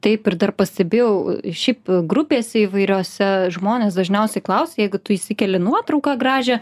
taip ir dar pastebėjau šiaip grupėse įvairiose žmonės dažniausiai klausia jeigu tu įsikeli nuotrauką gražią